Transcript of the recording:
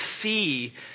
see